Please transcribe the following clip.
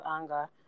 anger